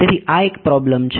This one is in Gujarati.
તેથી આ એક પ્રોબ્લેમ છે